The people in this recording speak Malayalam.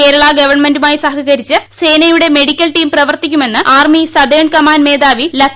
കേരള ഗവൺമെന്റുമായി സഹകരിച്ച് സേനയുടെ മെഡിക്കൽ ടീം പ്രവർത്തിക്കുമെന്ന് ആർമി സതേൺ കമാന്റ് മേധാവി ലഫ്